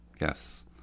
Yes